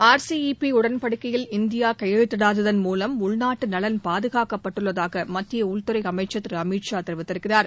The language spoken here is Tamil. ஆர் சி யி பி உடன்படிக்கையில் இந்தியா கையெழுத்திடாததன் மூலம் உள்நாட்டு நலன் பாதுகாக்கப்பட்டுள்ளதாக மத்திய உள்துறை அமைச்சள் திரு அமித் ஷா கூறியிருக்கிறார்